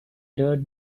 dirt